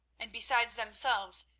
and, besides themselves,